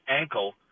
ankle